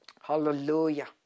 Hallelujah